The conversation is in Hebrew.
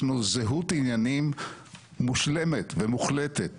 יש לנו זהות עניינים מושלמת ומוחלטת